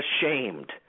ashamed